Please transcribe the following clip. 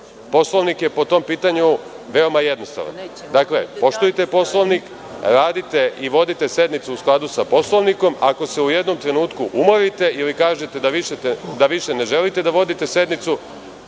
Poslovnik je po tom pitanju veoma jednostavan. Dakle, poštujte Poslovnik, radite i vodite sednicu u skladu sa Poslovnikom. Ako se u jednom trenutku umorite ili kažete da više ne želite da vodite sednicu